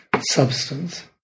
substance